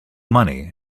money